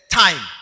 time